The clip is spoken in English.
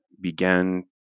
began